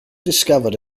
discovered